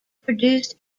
produced